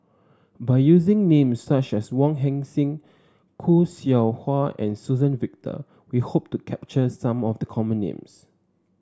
by using names such as Wong Heck Sing Khoo Seow Hwa and Suzann Victor we hope to capture some of the common names